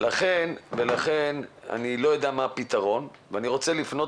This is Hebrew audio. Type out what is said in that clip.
לכן אני לא יודע מה הפתרון ואני רוצה לפנות,